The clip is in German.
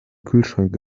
kühlschrank